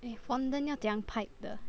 eh fondant 要怎样 pipe 的